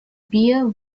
bier